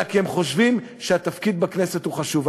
כי הם חושבים שהתפקיד בכנסת הוא חשוב.